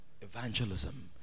Evangelism